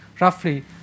roughly